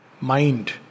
mind